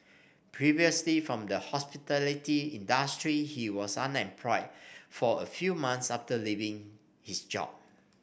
previously from the hospitality industry he was unemployed for a few months after leaving his job